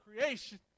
creation